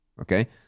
okay